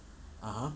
(uh huh)